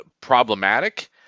problematic